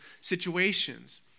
situations